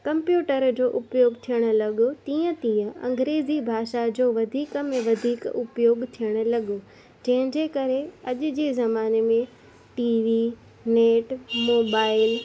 computer जो उपयोगु थियणु लॻो तीअं तीअं अंग्रेज़ी भाषा जो वधीक में वधीक उपयोगु थियणु लॻो जंहिंजे करे अॼु जे ज़माने में टी वी नेट मोबाइल